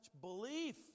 belief